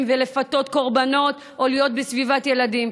ולפתות קורבנות או להיות בסביבת ילדים.